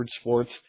Sports